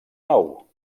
nou